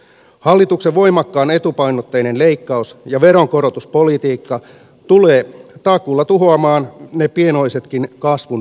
hallituksen voimakkaan etupainotteinen leikkaus ja veronkorotuspolitiikka tulee takuulla tuhoamaan ne pienoisetkin kasvun versot